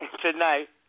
tonight